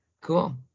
Cool